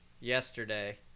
yesterday